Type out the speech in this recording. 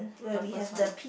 the first one